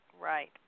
Right